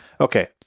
Okay